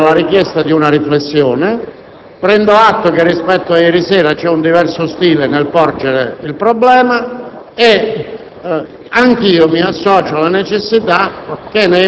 Signor Presidente, credo si debba accogliere la richiesta di una riflessione. Prendo atto che rispetto a ieri sera c'è un diverso stile nel porgere il problema